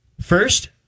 First